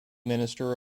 minister